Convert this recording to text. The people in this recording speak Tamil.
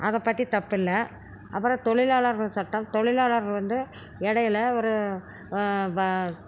அதை பற்றி தப்பில்லை அப்புறம் தொழிலாளர்கள் சட்டம் தொழிலாளர்கள் வந்து இடையில ஒரு வ